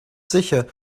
sicher